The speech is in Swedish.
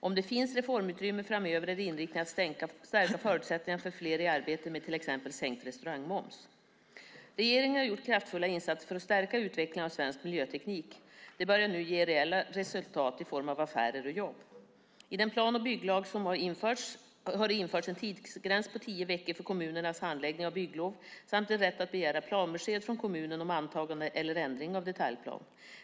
Om det finns reformutrymme framöver är inriktningen att stärka förutsättningarna för fler i arbete med till exempel sänkt restaurangmoms. Regeringen har gjort kraftfulla insatser för att stärka utvecklingen av svensk miljöteknik. Detta börjar nu ge reella resultat i form av affärer och jobb. I den nya plan och bygglagen har det införts en tidsgräns på tio veckor för kommunernas handläggning av bygglov samt en rätt att begära planbesked från kommunen om antagande eller ändring av detaljplan.